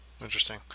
Interesting